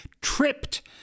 tripped